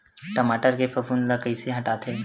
टमाटर के फफूंद ल कइसे हटाथे?